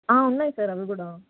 ఉన్నాయి సార్ అవి కూడా